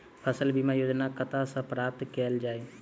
फसल बीमा योजना कतह सऽ प्राप्त कैल जाए?